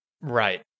right